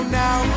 now